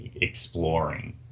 exploring